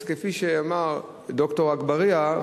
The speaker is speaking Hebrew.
אז כפי שאמר ד"ר אגבאריה,